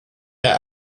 der